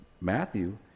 Matthew